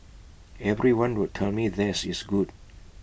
everyone would tell me theirs is good